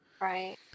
right